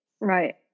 right